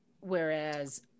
Whereas